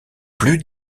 plus